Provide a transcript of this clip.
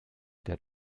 der